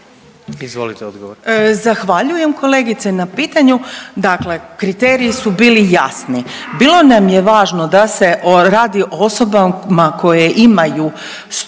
(Socijaldemokrati)** Zahvaljujem kolegice na pitanju. Dakle, kriteriji su bili jasni bilo nam je važno da se radi o osobama koje imaju stručnost